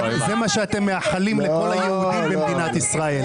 זה מה שאתם מאחלים לכל היהודים במדינת ישראל.